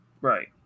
Right